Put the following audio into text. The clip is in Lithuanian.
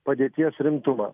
padėties rimtumą